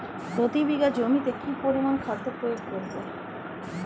প্রতি বিঘা জমিতে কত পরিমান খাদ্য প্রয়োগ করব?